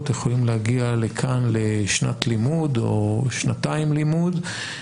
יכולים להגיע לכאן לשנת לימוד או שנתיים לימוד.